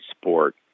sport